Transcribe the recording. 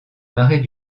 marais